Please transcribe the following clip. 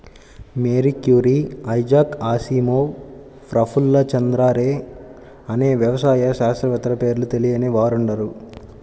Mary Curie, Isaac Asimov, Prafulla Chandra Ray అనే వ్యవసాయ శాస్త్రవేత్తల పేర్లు తెలియని వారుండరు